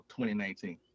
2019